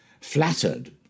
flattered